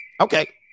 Okay